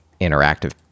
interactive